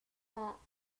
hlah